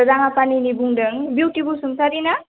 राङापानिनि बुंदों बिउटि बसुमतारी ना